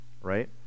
right